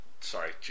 sorry